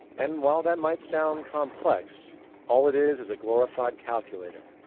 and while that might sound complex all it is, is a glorified calculator,